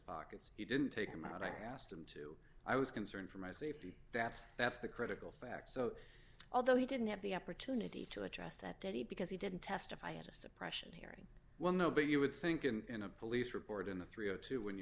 pockets he didn't take them out i asked him to i was concerned for my safety that's that's the critical fact so although he didn't have the opportunity to a chest at did he because he didn't testify at a suppression hearing well no but you would think in a police report in the three o two when you